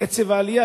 קצב העלייה?